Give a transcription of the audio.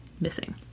missing